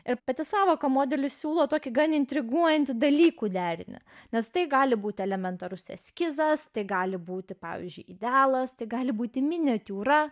ir pati sąvoka modelis siūlo tokį gan intriguojantį dalykų derinį nes tai gali būti elementarus eskizas tai gali būti pavyzdžiui idealas tik gali būti miniatiūra